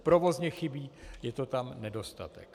Provozně chybí, je to tam nedostatek.